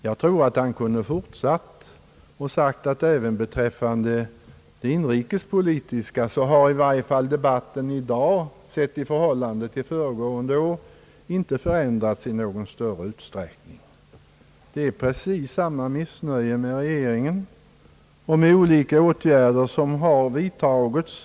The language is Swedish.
Jag tror att herr Bengtson kunde ha fortsatt och sagt att även beträffande inrikespolitiken har i varje fall debatten i dag, sett i förhållande till föregående års debatt, inte förändrats i någon större utsträckning. Det råder precis samma missnöje med regeringen och de olika åtgärder som har vidtagits.